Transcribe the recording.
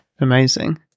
Amazing